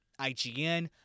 IGN